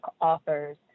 authors